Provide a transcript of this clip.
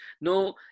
no